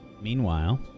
Meanwhile